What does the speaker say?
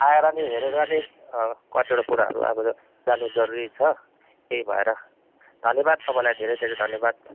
आएर नै हेरेर नै कतिवटा कुराहरू अब जान्नु जरुरी छ त्यही भएर धन्यवाद तपाईँलाई धेरै धेरै धन्यवाद